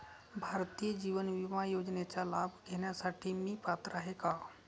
भारतीय जीवन विमा योजनेचा लाभ घेण्यासाठी मी पात्र आहे का?